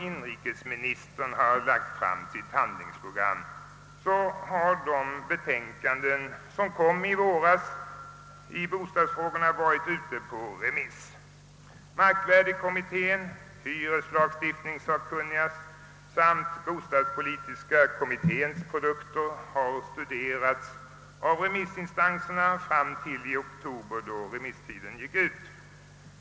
Inrikesministern har nu alltså lagt fram sitt handlingsprogram. De betänkanden som kom i våras i bostadsfrågorna har samtidigt varit ute på remiss. Markvärdeskommittén, hyreslagstiftningssakkunniga samt =:bostadspolitiska kommitténs produkter har studerats av remissinstanserna fram till oktober, då remisstiden gick ut.